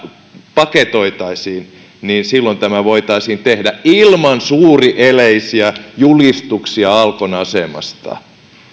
paketoitaisiin niin silloin tämä voitaisiin tehdä ilman suurieleisiä julistuksia alkon asemasta